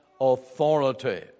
authority